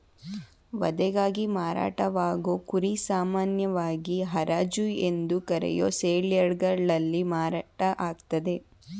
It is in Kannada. ವಧೆಗಾಗಿ ಮಾರಾಟವಾಗೋ ಕುರಿ ಸಾಮಾನ್ಯವಾಗಿ ಹರಾಜು ಎಂದು ಕರೆಯೋ ಸೇಲ್ಯಾರ್ಡ್ಗಳಲ್ಲಿ ಮಾರಾಟ ಆಗ್ತದೆ